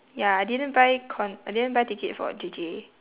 ya I didn't buy con~ I didn't buy ticket for J_J